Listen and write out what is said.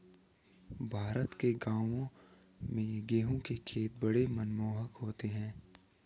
भारत के गांवों में गेहूं के खेत बड़े मनमोहक होते हैं